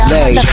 Lay